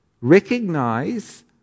Recognize